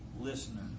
listener